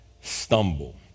stumble